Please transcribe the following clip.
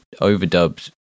overdubbed